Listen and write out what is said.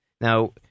Now